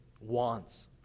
wants